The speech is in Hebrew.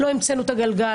לא המצאנו את הגלגל,